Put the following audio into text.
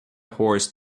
horse